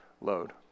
load